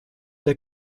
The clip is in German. der